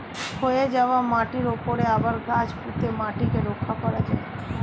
ক্ষয়ে যাওয়া মাটির উপরে আবার গাছ পুঁতে মাটিকে রক্ষা করা যায়